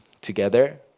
together